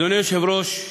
אדוני היושב-ראש,